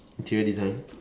interior design